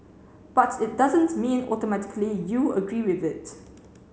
but it doesn't mean automatically you agree with it